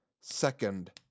second